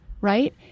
right